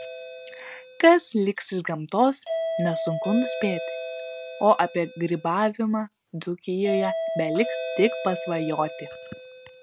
kas liks iš gamtos nesunku nuspėti o apie grybavimą dzūkijoje beliks tik pasvajoti